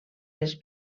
les